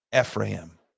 Ephraim